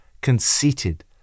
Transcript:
conceited